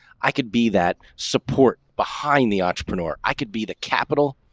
i could be that support behind the entrepreneur. i could be the capital.